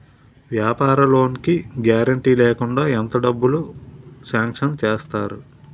వ్యాపార లోన్ కి గారంటే లేకుండా ఎంత డబ్బులు సాంక్షన్ చేస్తారు?